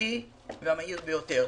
המיטבי והמהיר ביותר.